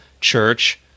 church